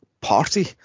party